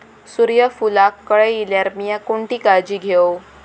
सूर्यफूलाक कळे इल्यार मीया कोणती काळजी घेव?